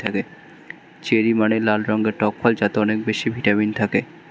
cherry মানে লাল রঙের টক ফল যাতে অনেক বেশি ভিটামিন থাকে